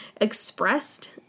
expressed